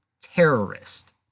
terrorist